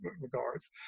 regards